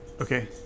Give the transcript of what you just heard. Okay